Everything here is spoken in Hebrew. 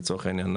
לצורך העניין,